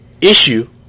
issue